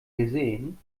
gesehen